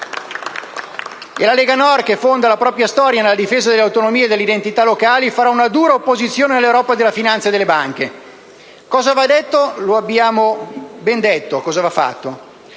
La Lega Nord, che fonda la propria storia nella difesa delle autonomie e delle identità locali, farà una dura opposizione all'Europa della finanza e delle banche. Cosa va fatto lo abbiamo detto;